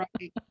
right